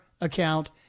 account